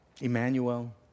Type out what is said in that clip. Emmanuel